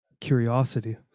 curiosity